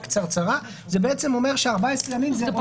קצרצרה זה בעצם אומר ש-14 ימים זה לא רלוונטי.